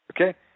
Okay